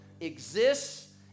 exists